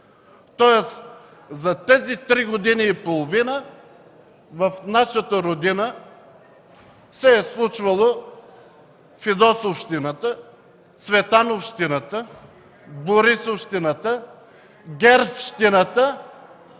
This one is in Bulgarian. Тоест за тези три години и половина в нашата родина се е случвала фидосовщината, цветановщината, борисовщината, ГЕРБ-щината